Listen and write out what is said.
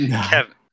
Kevin